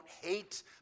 hate